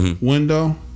window